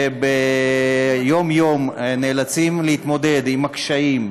שיום-יום נאלצים להתמודד עם הקשיים,